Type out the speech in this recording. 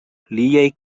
liaj